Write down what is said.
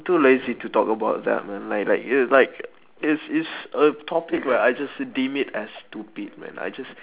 too lazy to talk about them and like like you like it's it's a topic where I just deem it as stupid man I just